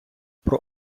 про